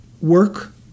work